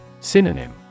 Synonym